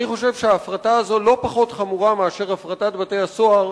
אני חושב שההפרטה הזאת לא פחות חמורה מהפרטת בתי-הסוהר,